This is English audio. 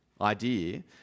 idea